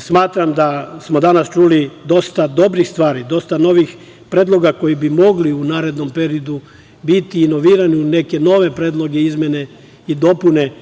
smatram da smo danas čuli dosta dobrih stvari, dosta novih predloga koji bi mogli u narednom periodu biti inovirani u neke nove predloge, izmene i dopune